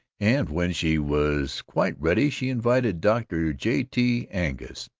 and when she was quite ready she invited dr. j. t. angus,